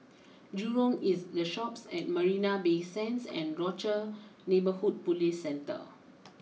Jurong East the Shoppes at Marina Bay Sands and Rochor neighborhood police Centre